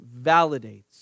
validates